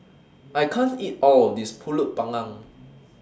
I can't eat All of This Pulut Panggang